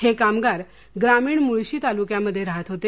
हे कामगार ग्रामीण मुळशी तालुक्यामध्ये राहत होते